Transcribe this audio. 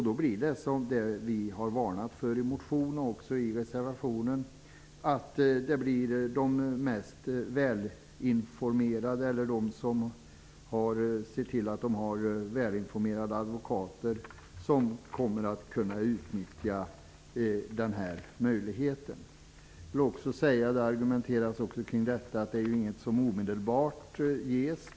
Då blir det som vi har varnat för i motionen och i reservationen, dvs. att det är de mest välinformerade eller de som ser till att de har välinformerade advokater som kommer att kunna utnyttja den här möjligheten. Det argumenteras också kring detta och sägs att det inte är någonting som omedelbart ges.